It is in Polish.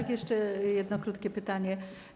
Tak, jeszcze jedno krótkie pytanie.